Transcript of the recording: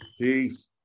Peace